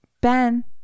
Ben